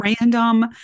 random